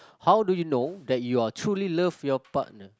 how do you know that you are truly love your partner